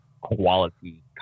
quality